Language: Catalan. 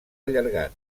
allargat